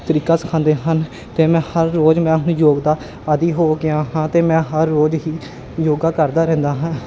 ਤਰੀਕਾ ਸਿਖਾਉਂਦੇ ਹਨ ਅਤੇ ਮੈਂ ਹਰ ਰੋਜ਼ ਮੈਂ ਆਪਣੀ ਯੋਗ ਦਾ ਆਦੀ ਹੋ ਗਿਆ ਹਾਂ ਅਤੇ ਮੈਂ ਹਰ ਰੋਜ਼ ਹੀ ਯੋਗਾ ਕਰਦਾ ਰਹਿੰਦਾ ਹਾਂ